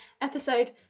episode